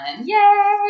Yay